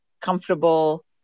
comfortable